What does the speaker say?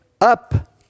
Up